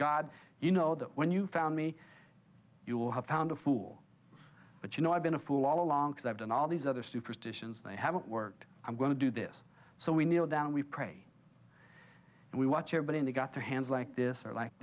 god you know that when you found me you will have found a fool but you know i've been a fool all along because i've done all these other superstitions they haven't worked i'm going to do this so we kneel down we pray and we watch here but in the got their hands like this or like